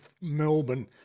Melbourne